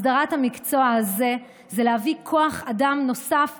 הסדרת המקצוע הזה זה להביא כוח אדם נוסף,